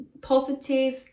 positive